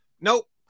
nope